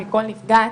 מכל נפגעת,